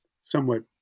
somewhat